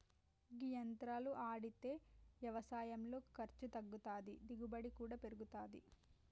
గీ యంత్రాలు ఆడితే యవసాయంలో ఖర్సు తగ్గుతాది, దిగుబడి కూడా పెరుగుతాది